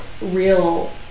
real